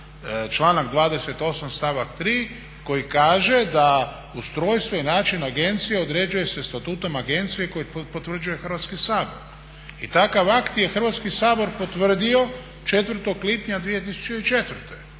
članak 28.stavak 3.koji kaže da "ustrojstvo i način agencije određuje se statutom agencije koji potvrđuje Hrvatski sabor" i takav akt je Hrvatski sabor potvrdio 4.lipnja 2004.